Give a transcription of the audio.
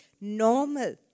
normal